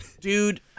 Dude